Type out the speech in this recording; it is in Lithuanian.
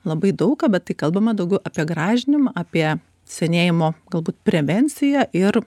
labai daug ką bet tai kalbama daugiau apie gražinimą apie senėjimo galbūt prevenciją ir